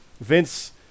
vince